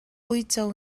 uico